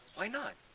why not?